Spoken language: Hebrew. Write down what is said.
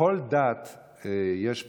בכל דת יש בשורה,